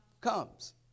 comes